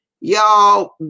y'all